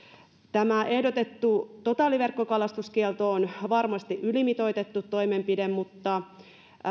ehdotettu totaaliverkkokalastuskielto on varmasti ylimitoitettu toimenpide mutta